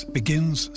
begins